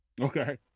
Okay